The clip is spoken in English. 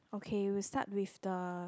okay we'll start with the